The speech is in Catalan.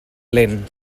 lent